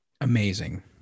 Amazing